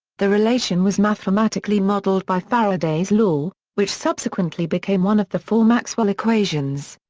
the relation was mathematically modelled by faraday's law, which subsequently became one of the four maxwell equations.